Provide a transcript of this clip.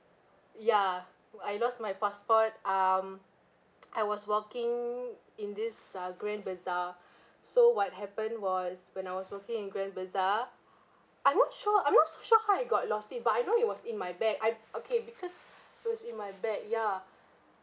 ya I lost my passport um I was walking in this ah grand bazaar so what happened was when I was walking in grand bazaar I'm not sure I'm not so sure how I got lost it but I know it was in my bag I okay because it was in my bag ya